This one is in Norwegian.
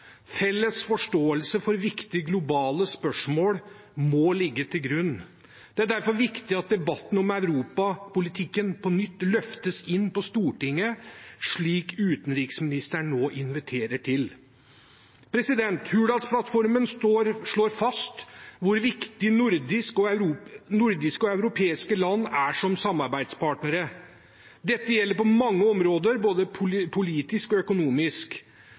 felles forståelse for viktige globale spørsmål må ligge til grunn. Det er derfor viktig at debatten om europapolitikken på nytt løftes inn på Stortinget, slik utenriksministeren nå inviterer til. Hurdalsplattformen slår fast hvor viktig nordiske og europeiske land er som samarbeidspartnere. Dette gjelder på mange områder, både politisk og økonomisk.